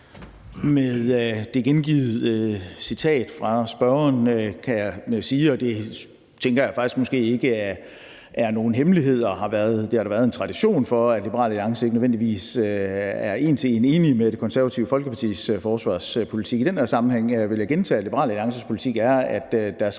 Med det gengivne citat fra spørgeren vil jeg gentage – og det tænker jeg måske ikke er nogen hemmelighed, for der har ikke været tradition for, at Liberal Alliance nødvendigvis er en til en enige i Det Konservative Folkepartis forsvarspolitik i den her sammenhæng – at Liberal Alliances politik er, at der skal